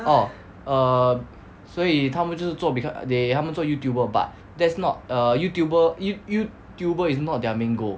orh err 所以他们就是做 become they 他们做 YouTuber but that's not err YouTuber YouTuber is not their main goal